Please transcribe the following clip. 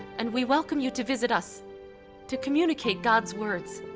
and we welcome you to visit us to communicate god's words.